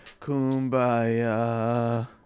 Kumbaya